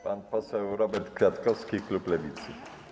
Pan poseł Robert Kwiatkowski, klub Lewicy.